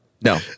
no